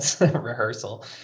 rehearsal